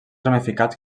ramificats